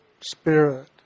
spirit